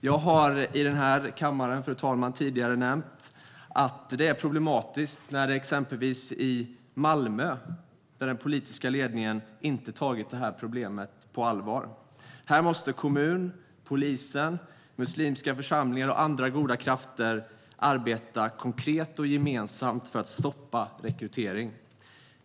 Jag har tidigare här i kammaren, fru talman, nämnt att det är problematiskt när exempelvis den politiska ledningen i Malmö inte har tagit problemet på allvar. Här måste kommun, polis, muslimska församlingar och andra goda krafter arbeta konkret och gemensamt för att stoppa rekryteringen.